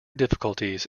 difficulties